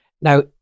Now